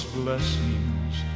blessings